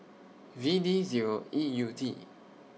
V D Zero E U T